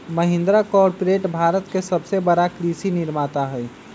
Mahindra corporate Bharat के सबसे बड़का कृषि निर्माता हई